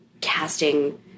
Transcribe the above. casting